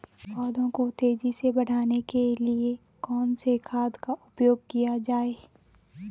पौधों को तेजी से बढ़ाने के लिए कौन से खाद का उपयोग किया जाए?